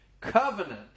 Covenant